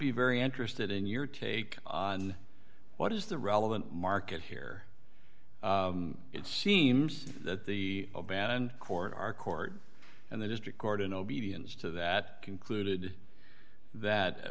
be very interested in your take on what is the relevant market here it seems that the ban and court are court and the district court in obedience to that concluded that